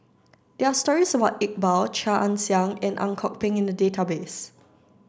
there are stories about Iqbal Chia Ann Siang and Ang Kok Peng in the database